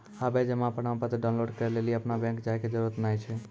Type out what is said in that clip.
आबे जमा प्रमाणपत्र डाउनलोड करै लेली अपनो बैंक जाय के जरुरत नाय छै